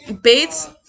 Bates